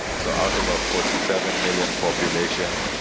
so out of ah forty seven million population,